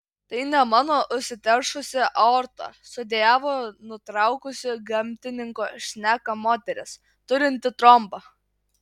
tai ne mano užsiteršusi aorta sudejavo nutraukusi gamtininko šneką moteris turinti trombą